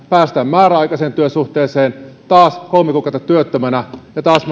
päästään määräaikaiseen työsuhteeseen taas kolme kuukautta työttömänä ja taas